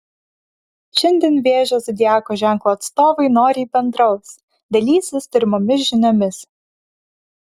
šiandien vėžio zodiako ženklo atstovai noriai bendraus dalysis turimomis žiniomis